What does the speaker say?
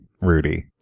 Rudy